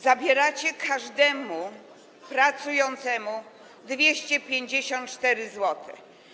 Zabieracie każdemu pracującemu 254 zł.